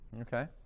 Okay